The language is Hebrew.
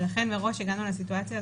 ולכן מראש הגענו לסיטואציה,